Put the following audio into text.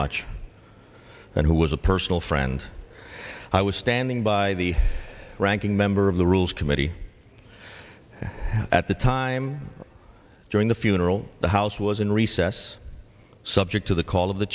much and who was a personal friend i was standing by the ranking member of the rules committee at the time during the funeral the house was in recess subject to the call of the